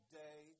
day